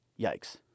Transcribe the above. Yikes